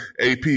AP